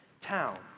town